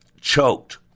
choked